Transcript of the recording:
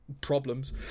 problems